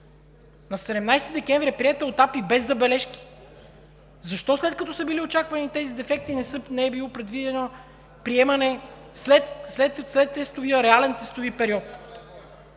На 17 декември е приета от АПИ без забележки. Защо, след като са били очаквани тези дефекти, не е било предвидено приемане след реалния тестови период?